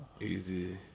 Easy